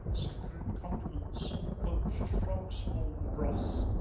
kind of and condiments, poached frog-spawn broth,